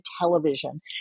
television